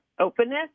openness